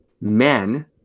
men